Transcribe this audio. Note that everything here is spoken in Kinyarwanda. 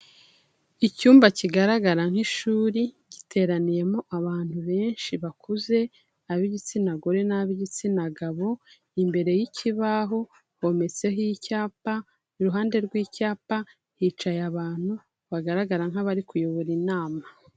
Icyumba kigaragara nk'ishuri, giteraniyemo abantu benshi bakuze, ab'igitsina gore n'ab'igitsina gabo, imbere y'ikibaho, hometseho icyapa, iruhande rw'icyapa, hicaye abantu bagaragara nk'abari kuyobora inama.